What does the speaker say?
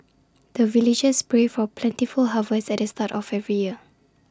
the villagers pray for plentiful harvest at the start of every year